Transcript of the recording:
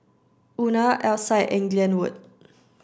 Una Alcide and Glenwood